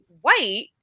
white